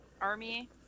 Army